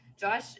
Josh